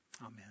amen